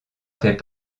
fait